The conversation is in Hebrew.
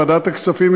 ועדת הכספים,